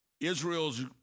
Israel's